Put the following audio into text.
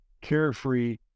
carefree